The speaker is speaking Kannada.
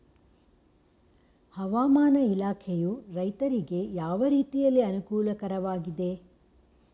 ಹವಾಮಾನ ಇಲಾಖೆಯು ರೈತರಿಗೆ ಯಾವ ರೀತಿಯಲ್ಲಿ ಅನುಕೂಲಕರವಾಗಿದೆ?